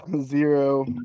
zero